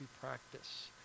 practice